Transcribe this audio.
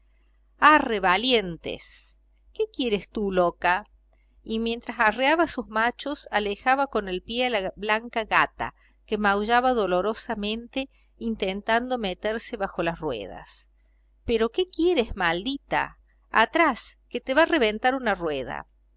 arre valientes qué quieres tú loca y mientras arreaba sus machos alejaba con el pie a la blanca gata que maullaba dolorosamente intentando meterse bajo las ruedas pero qué quieres maldita atrás que te va a reventar una rueda